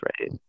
right